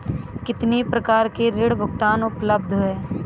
कितनी प्रकार के ऋण भुगतान उपलब्ध हैं?